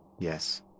yes